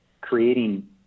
creating